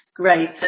Great